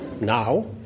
Now